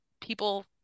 people